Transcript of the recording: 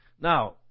Now